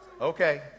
Okay